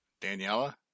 Daniela